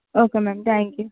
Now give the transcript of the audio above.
okay ma'am thank you